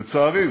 לצערי.